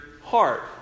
heart